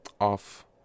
off